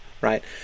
right